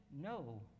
No